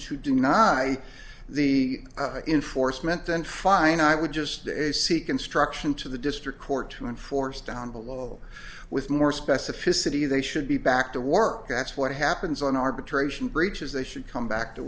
i the in force meant then fine i would just as seek instruction to the district court to enforce down below with more specificity they should be back to work that's what happens on arbitration breaches they should come back to